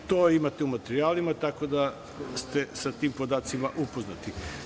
To imate u materijalima, tako da ste sa tim podacima upoznati.